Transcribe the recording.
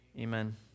Amen